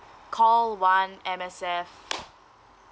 call one M_S_F